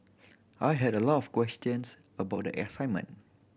I had a lot of questions about the assignment